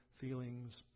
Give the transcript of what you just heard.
feelings